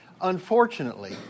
Unfortunately